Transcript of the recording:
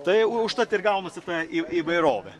tai užtat ir gaunasi ta į įvairovė